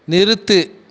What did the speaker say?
நிறுத்து